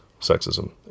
sexism